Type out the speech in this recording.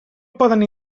poden